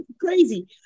crazy